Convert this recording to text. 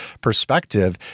perspective